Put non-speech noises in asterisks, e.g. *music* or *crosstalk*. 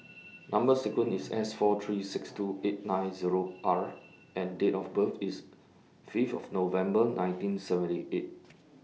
*noise* Number sequence IS S four three six two eight nine Zero *noise* R and Date of birth IS Fifth of November nineteen seventy eight